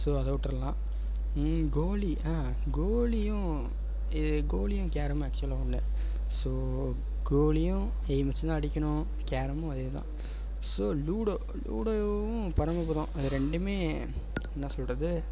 so அதை விட்ருலாம் கோலி கோலியும் கோலியும் கேரமும் ஆக்ச்சுவலாக ஒன்று ஸோ கோலியும் எய்ம் வச்சு தான் அடிக்கணும் கேரமும் அதே தான் ஸோ லூடோ லூடோவும் பரமபதம் இது ரெண்டுமே என்ன சொல்லுறது